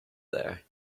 there